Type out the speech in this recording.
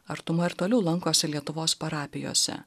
artuma ir toliau lankosi lietuvos parapijose